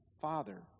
father